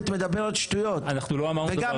Y-NETמדברת שטויות אנחנו לא אמרנו דבר כזה.